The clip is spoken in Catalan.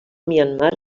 myanmar